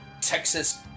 Texas